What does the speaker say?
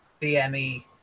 BME